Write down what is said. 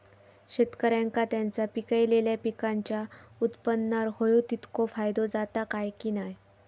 शेतकऱ्यांका त्यांचा पिकयलेल्या पीकांच्या उत्पन्नार होयो तितको फायदो जाता काय की नाय?